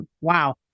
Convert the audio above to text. Wow